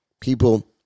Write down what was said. People